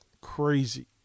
crazy